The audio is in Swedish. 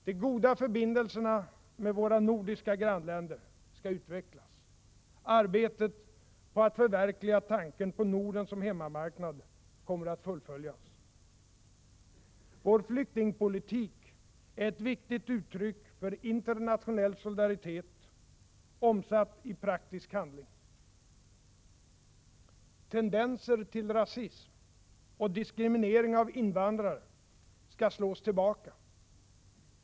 De goda förbindelserna med våra nordiska grannländer skall utvecklas. Arbetet på att förverkliga tanken på Norden som hemmamarknad kommer att fullföljas. Vår flyktingpolitik är ett viktigt uttryck för internationell solidaritet omsatt i praktisk handling. Tendenser till rasism och diskriminering av invandrare skall slås tillbaka.